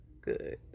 good